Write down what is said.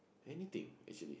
anything actually